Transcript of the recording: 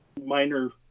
minor